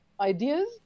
ideas